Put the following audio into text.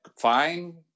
fine